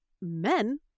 men